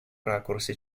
ракурсе